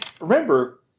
remember